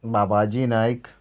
Babaji Naik